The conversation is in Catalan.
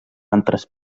altres